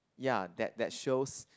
ya that that shows